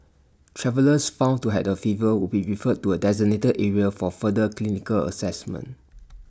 travellers found to have A fever will be referred to A designated area for further clinical Assessment